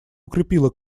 укрепила